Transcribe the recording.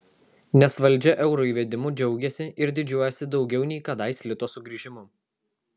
nes valdžia euro įvedimu džiaugiasi ir didžiuojasi daugiau nei kadais lito sugrįžimu